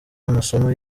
amasomo